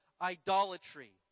idolatry